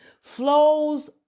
flows